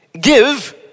Give